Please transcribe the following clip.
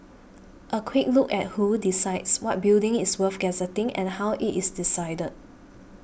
a quick look at who decides what building is worth gazetting and how it is decided